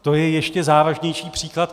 To je ještě závažnější příklad.